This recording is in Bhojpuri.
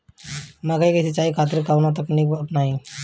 मकई के सिंचाई खातिर कवन तकनीक अपनाई?